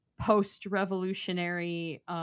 post-revolutionary